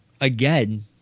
again